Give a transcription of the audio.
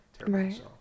right